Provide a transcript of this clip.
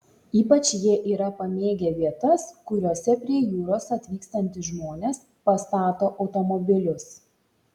ypač jie yra pamėgę vietas kuriose prie jūros atvykstantys žmones pastato automobilius